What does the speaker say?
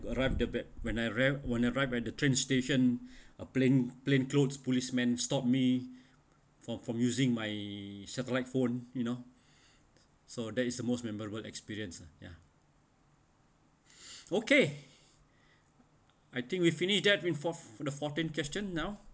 arrived the bad when I arriv~ when I arrived at the train station a plain plain clothes policemen stopped me from from using my satellite phone you know so that is the most memorable experience ya okay I think we finish that in for fourth the fourteen question now